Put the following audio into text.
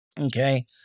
Okay